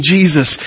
Jesus